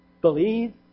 believe